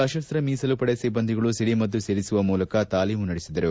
ಸಶಸ್ತ ಮೀಸಲು ಪಡೆ ಸಿಬ್ಬಂದಿಗಳು ಸಿಡಿಮದ್ದು ಸಿಡಿಸುವ ಮೂಲಕ ತಾಲೀಮು ನಡೆಸಿದರು